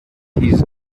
his